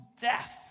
death